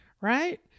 right